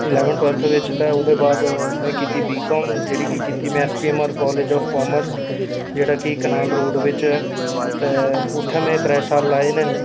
ते eleven twelfth च में ते ओह्दे बाद में कीती बी काॅम जेह्ड़ी में कती S P M R college of commerce जेह्ड़ा कि कनाल रोड बिच ऐ ते उत्थै में त्रै साल लाए न